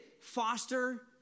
foster